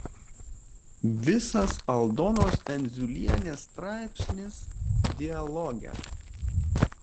visas aldonos endziulienės straipsnis dialoge